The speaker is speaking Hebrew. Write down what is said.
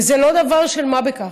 וזה לא דבר של מה בכך.